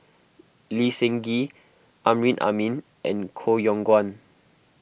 Lee Seng Gee Amrin Amin and Koh Yong Guan